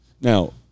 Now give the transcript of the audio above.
Now